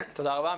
תודה רבה.